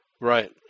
Right